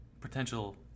potential